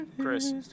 Chris